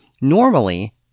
Normally